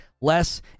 Less